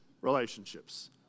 relationships